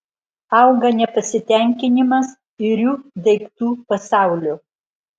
auga nepasitenkinimas iriu daiktų pasauliu